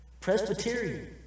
Presbyterian